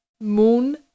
moon